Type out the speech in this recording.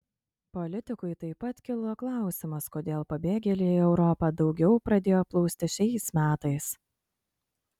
politikui taip pat kilo klausimas kodėl pabėgėliai į europą daugiau pradėjo plūsti šiais metais